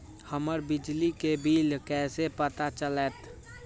हमर बिजली के बिल कैसे पता चलतै?